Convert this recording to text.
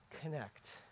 connect